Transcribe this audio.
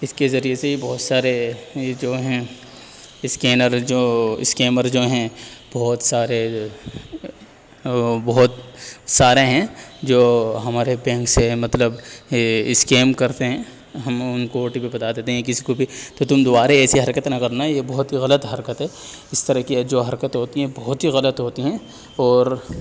اس کے ذریعے سے ہی بہت سارے یہ جو ہیں اسکینر جو اسکیمر جو ہیں بہت سارے بہت سارے ہیں جو ہمارے بینک سے مطلب اسکیم کرتے ہیں ہم ان کو او ٹی پی بتا دیتے ہیں کسی کو بھی تو تم دوبارہ ایسی حرکت نہ کرنا یہ بہت ہی غلط حرکت ہے اس طرح کی جو حرکتیں ہوتی ہیں بہت ہی غلط ہوتی ہیں اور